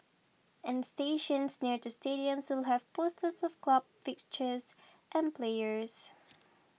and stations near to stadiums will have posters of club fixtures and players